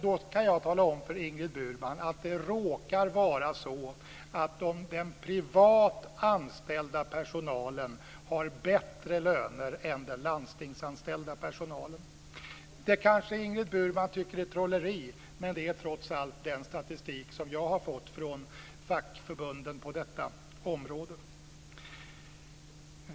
Då kan jag tala om för Ingrid Burman att det råkar vara så att den privatanställda personalen har bättre löner än den landstingsanställda personalen. Det kanske Ingrid Burman tycker är trolleri, men det är trots allt den statistik som jag har fått från fackförbunden på detta område.